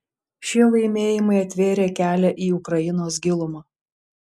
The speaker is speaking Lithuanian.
šie laimėjimai atvėrė kelią į ukrainos gilumą